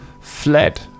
fled